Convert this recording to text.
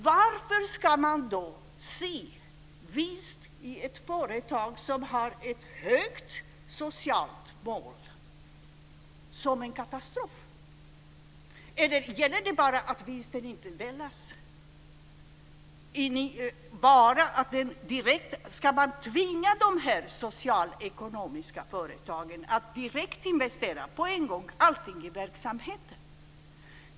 Varför ska man då se vinst i ett företag som har högt satta sociala mål som en katastrof? Gäller det bara det faktum att vinsten inte delas? Ska man tvinga dessa socialekonomiska företag att på en gång investera allting i verksamheten?